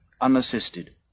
unassisted